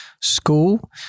school